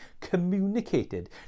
communicated